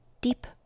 Deep